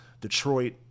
Detroit